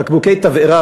בקבוקי תבערה,